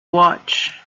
watch